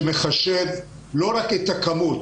שמחשב לא רק את הכמות,